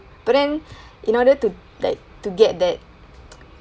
but then in order to like to get that